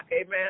amen